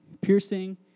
piercing